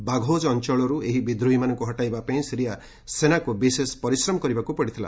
Baghouz ଅଞ୍ଚଳରୁ ଏହି ବିଦ୍ରୋହୀମାନଙ୍କୁ ହଟାଇବା ପାଇଁ ସିରିଆ ସେନାକୁ ବିଶେଷ ପରିଶ୍ରମ କରିବାକୁ ପଡ଼ିଥିଲା